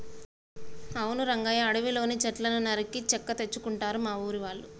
అవును రంగయ్య అడవిలోని సెట్లను నరికి చెక్క తెచ్చుకుంటారు మా ఊరి వాళ్ళు